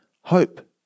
hope